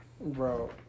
Bro